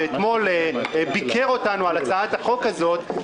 שאתמול ביקר אותנו על הצעת החוק הזאת,